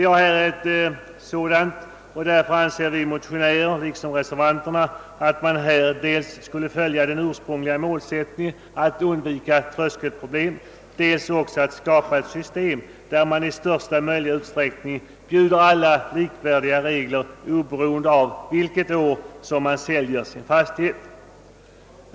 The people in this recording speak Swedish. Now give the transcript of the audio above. Här har vi ett sådant moment, och därför anser vi motionärer liksom reservanterna att vi borde följa den ursprungliga målsättningen att undvika tröskelsteg och samtidigt skapa ett system där man i största möjliga utsträckning bjuder alla likvärdiga regler, oberoende av vilket år de säljer sin fastighet.